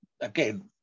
again